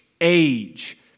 age